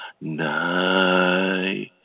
Night